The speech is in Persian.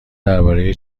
درباره